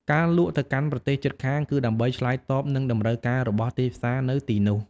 ការលក់ទៅកាន់ប្រទេសជិតខាងគឺដើម្បីឆ្លើយតបនឹងតម្រូវការរបស់ទីផ្សារនៅទីនោះ។